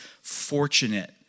fortunate